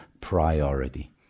priority